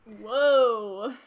Whoa